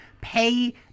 pay